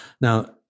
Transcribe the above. Now